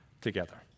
together